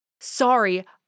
sorry